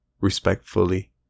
Respectfully